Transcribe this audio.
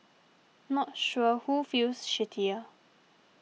not sure who feels shittier